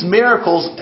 miracles